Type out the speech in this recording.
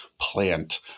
plant